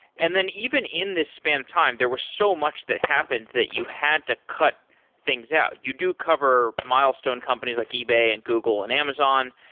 and then even in this span of time, there was so much that happened that you had to cut things out. you do cover milestone companies like ebay and google and amazon,